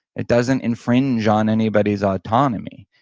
it doesn't infringe on anybody's autonomy.